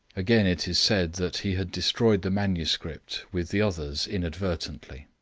again it is said that he had destroyed the manuscript with the others inadvertently.